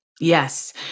Yes